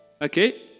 okay